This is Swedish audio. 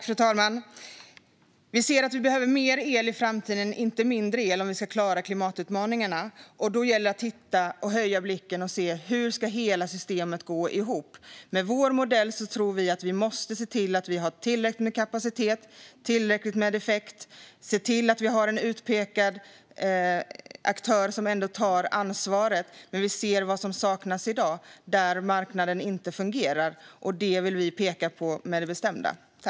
Fru talman! Vi ser att vi i framtiden behöver mer el och inte mindre om vi ska klara klimatutmaningarna. Då gäller det att höja blicken och se hur hela systemet ska gå ihop. Vi måste se till att ha en utpekad aktör som tar ansvaret. Med vår modell tror vi att vi kan se till att vi har tillräckligt med effekt och kapacitet där marknaden inte fungerar i dag. Det vill vi bestämt peka på.